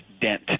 dent